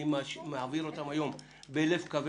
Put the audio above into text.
אני מעביר אותן היום בלב כבד.